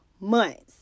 months